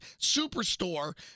Superstore